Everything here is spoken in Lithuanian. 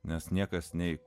nes niekas nei